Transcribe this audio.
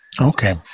Okay